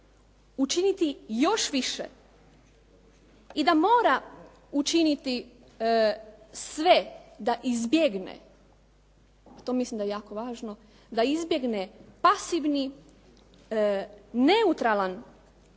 učiniti još više i da mora učiniti sve da izbjegne, a to mislim da je jako važno, da izbjegne pasivni neutralan